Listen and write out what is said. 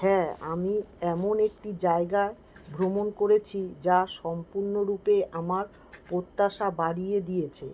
হ্যাঁ আমি এমন একটি জায়গায় ভ্রমণ করেছি যা সম্পূর্ণ রূপে আমার প্রত্যাশা বাড়িয়ে দিয়েছে